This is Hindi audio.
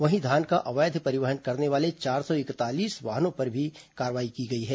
वहीं धान का अवैध परिवहन करने वाले चार सौ इकतालीस वाहनों पर भी कार्रवाई की गई है